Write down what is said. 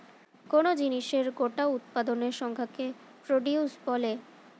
কোন জিনিসের গোটা উৎপাদনের সংখ্যাকে প্রডিউস বলে